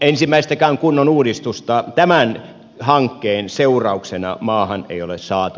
ensimmäistäkään kunnon uudistusta tämän hankkeen seurauksena maahan ei ole saatu